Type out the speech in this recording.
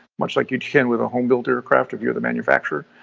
much like you can with a home built aircraft if you're the manufacturer.